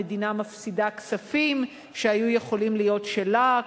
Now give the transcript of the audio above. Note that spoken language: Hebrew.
המדינה מפסידה כספים שהיו יכולים להיות שלה,